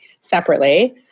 separately